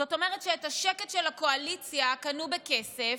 זאת אומרת שאת השקט של הקואליציה קנו בכסף,